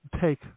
take